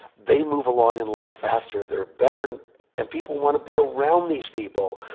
they move along in life faster. they're better, and and people want to be around these people.